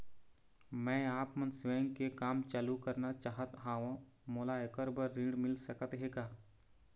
मैं आपमन स्वयं के काम चालू करना चाहत हाव, मोला ऐकर बर ऋण मिल सकत हे का?